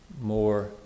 more